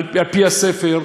על-פי הספר,